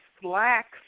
slacks